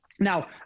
Now